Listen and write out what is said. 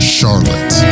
Charlotte